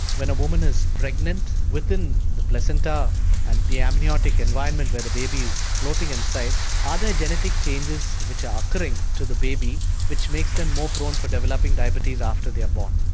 when a woman is pregnant, within the placenta and the amniotic environment where the baby is floating inside, are there genetic changes which are occurring to the baby which makes them more prone for developing diabetes after they are born?